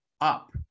up